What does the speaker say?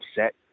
upset